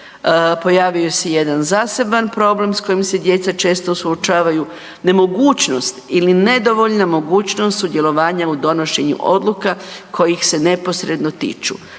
pojavio se i jedan zaseban problem s kojim se djeca često suočavaju. Nemogućnost ili nedovoljna mogućnost sudjelovanja u donošenju odluka koje ih se neposredno tiču.